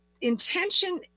intention